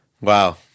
Wow